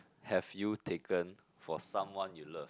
have you taken for someone you love